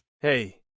Hey